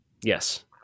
Yes